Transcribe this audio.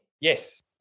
Yes